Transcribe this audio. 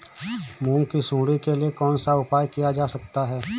मूंग की सुंडी के लिए कौन सा उपाय किया जा सकता है?